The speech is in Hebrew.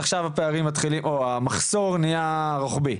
עכשיו המחסור נהיה רוחבי.